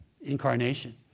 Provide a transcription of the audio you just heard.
Incarnation